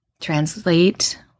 translate